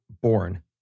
born